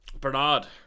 Bernard